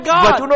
God